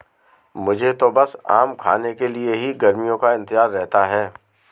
मुझे तो बस आम खाने के लिए ही गर्मियों का इंतजार रहता है